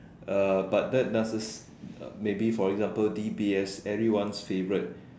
uh but that doesn't maybe for example D_B_S everyone's favourite